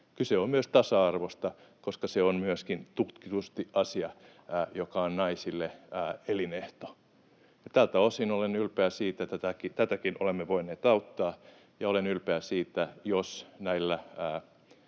Kyse on myös tasa-arvosta, koska se on myöskin tutkitusti asia, joka on naisille elinehto. Tältä osin olen ylpeä siitä, että tätäkin olemme voineet auttaa, ja olen ylpeä siitä, jos näillä